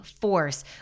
force